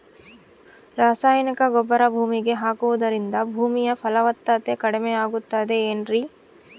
ರಾಸಾಯನಿಕ ಗೊಬ್ಬರ ಭೂಮಿಗೆ ಹಾಕುವುದರಿಂದ ಭೂಮಿಯ ಫಲವತ್ತತೆ ಕಡಿಮೆಯಾಗುತ್ತದೆ ಏನ್ರಿ?